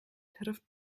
trifft